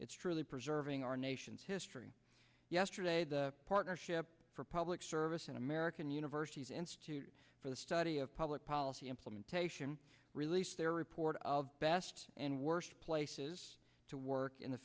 it's truly preserving our nation's history yesterday the partnership for public service an american university's institute for the study of public policy implementation released their report of best and worst places to work in the